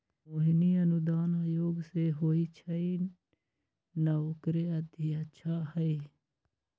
मोहिनी अनुदान आयोग जे होई छई न ओकरे अध्यक्षा हई